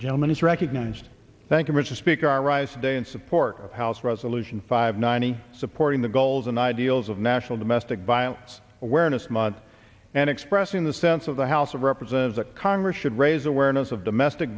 gentleman is recognized thank you mr speaker i rise day in support of house resolution five ninety supporting the goals and ideals of national domestic violence awareness month and expressing the sense of the house of representatives a congress should raise awareness of domestic